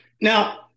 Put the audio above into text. Now